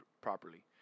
properly